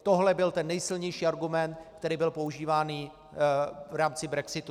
Tohle byl ten nejsilnější argument, který byl používán v rámci brexitu.